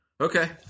Okay